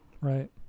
right